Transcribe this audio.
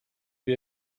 wir